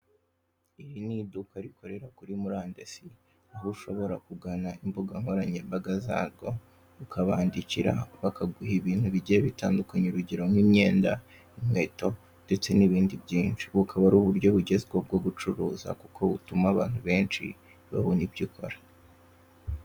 Iri ni iduka rikorera kuri murandasi, aho ushobora kugana imbuga nkoranyambaga zarwo, ukabandikira, bakaguha ibintu bigiye bitandukanye, urugero; nk'imyenda, inkweto, ndetse n'ibindi byinshi. Bukaba ari uburyo bugezweho bwo gucuruza kuko butuma abantu benshi babona ibyo ukora.